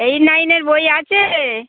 eight নাইনের বই আছে